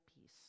peace